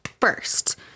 first